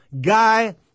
guy